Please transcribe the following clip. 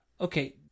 Okay